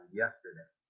yesterday